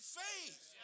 faith